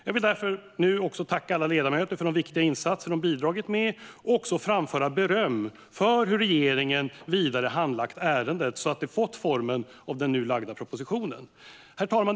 Jag vill därför tacka alla ledamöter för de viktiga insatser de bidragit med och framföra beröm för hur regeringen vidare handlagt ärendet så att det har fått formen av den nu framlagda propositionen. Herr talman!